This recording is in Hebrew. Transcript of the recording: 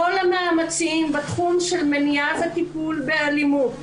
המאמצים בתחום של מניעה וטיפול באלימות,